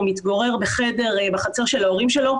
הוא מתגורר בחדר בחצר של ההורים שלו,